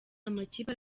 amakipe